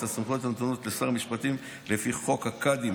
הסמכויות הנתונות לשר המשפטים לפי חוק הקאדים,